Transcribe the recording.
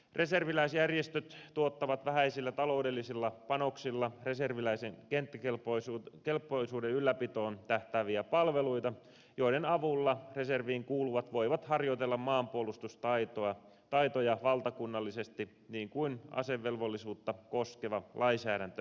reserviläisjärjestöt tuottavat vähäisillä taloudellisilla panoksilla reserviläisen kenttäkelpoisuuden ylläpitoon tähtääviä palveluita joiden avulla reserviin kuuluvat voivat harjoitella maanpuolustustaitoja valtakunnallisesti niin kuin asevelvollisuutta koskeva lainsäädäntö edellyttää